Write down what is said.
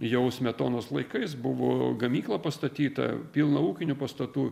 jau smetonos laikais buvo gamykla pastatyta pilna ūkinių pastatų